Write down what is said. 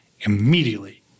immediately